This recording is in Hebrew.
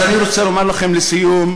אז אני רוצה לומר לכם לסיום,